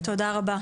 תודה רבה.